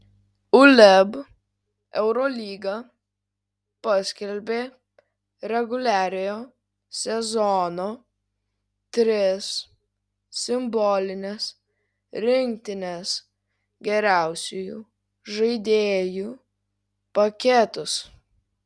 uleb eurolyga paskelbė reguliariojo sezono tris simbolines rinktines geriausiųjų žaidėjų penketus